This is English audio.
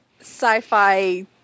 sci-fi